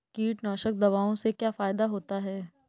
कीटनाशक दवाओं से क्या फायदा होता है?